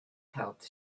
helps